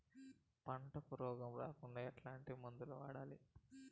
పంటకు రోగం రాకుండా ఎట్లాంటి మందులు వాడాలి?